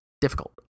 difficult